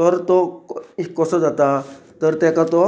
तर तो कसो जाता तर ताका तो